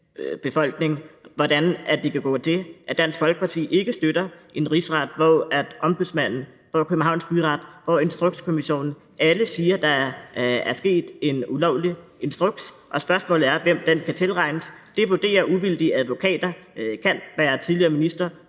befolkning, hvordan det kan gå til, at Dansk Folkeparti ikke støtter en rigsretsag, hvor Ombudsmanden, Københavns Byret og Instrukskommissionen siger, at der er givet en ulovlig instruks? Spørgsmålet er så, hvem den kan tilregnes. Det vurderer uvildige advokater kan være tidligere minister